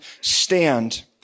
stand